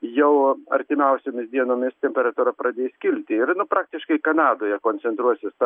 jau artimiausiomis dienomis temperatūra pradės kilti ir nu praktiškai kanadoje koncentruosis ta